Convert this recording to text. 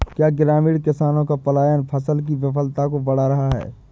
क्या ग्रामीण किसानों का पलायन फसल की विफलता को बढ़ा रहा है?